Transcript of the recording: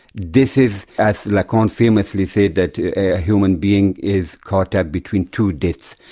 this is as lacan famously said that a human being is caught up between two deaths.